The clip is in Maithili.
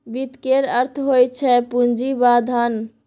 वित्त केर अर्थ होइ छै पुंजी वा धन